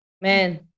man